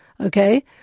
Okay